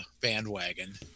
bandwagon